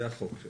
זה החוק.